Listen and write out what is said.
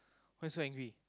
why you so angry